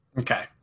okay